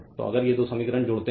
तो अगर ये दो समीकरण जोड़ते हैं